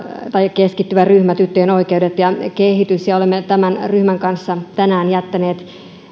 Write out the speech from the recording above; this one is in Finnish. keskittyvä ryhmä tyttöjen oikeudet ja kehitys ja olemme tämän ryhmän kanssa tänään jättäneet